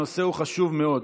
הנושא חשוב מאוד.